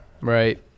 Right